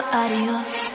adios